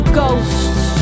ghosts